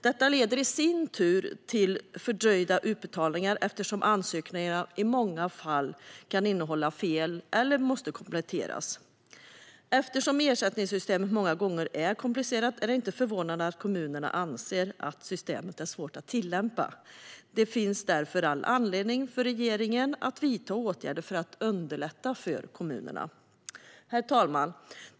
Det leder i sin tur till fördröjda utbetalningar, eftersom ansökningarna i många fall kan innehålla fel eller måste kompletteras. Eftersom ersättningssystemet många gånger är komplicerat är det inte förvånande att kommunerna anser att systemet är svårt att tillämpa. Det finns därför all anledning för regeringen att vidta åtgärder för att underlätta för kommunerna. Herr talman!